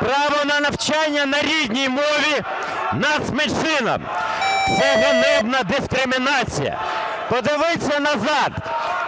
право на навчання на рідній мові нацменшинам. Це ганебна дискримінація. Продивіться назад,